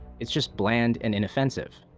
it's just bland and inoffensive.